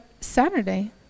saturday